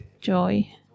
joy